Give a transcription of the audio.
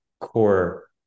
core